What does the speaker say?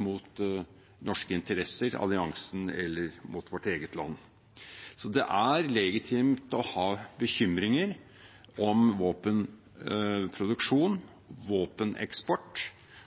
mot norske interesser, alliansen eller vårt eget land. Det er legitimt å ha bekymringer om våpenproduksjon og våpeneksport